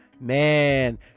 man